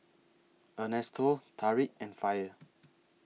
Ernesto Tarik and Faye